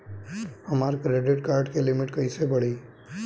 हमार credit card के limit कइसे बढ़ी?